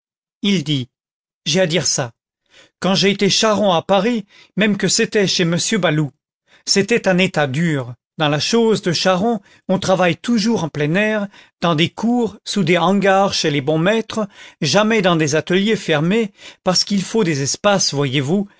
il dit j'ai à dire ça que j'ai été charron à paris même que c'était chez monsieur baloup c'est un état dur dans la chose de charron on travaille toujours en plein air dans des cours sous des hangars chez les bons maîtres jamais dans des ateliers fermés parce qu'il faut des espaces voyez-vous